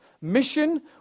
Mission